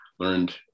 learned